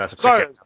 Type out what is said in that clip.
Sorry